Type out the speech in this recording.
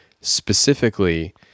specifically